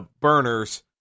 burners